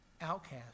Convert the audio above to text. outcast